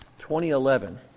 2011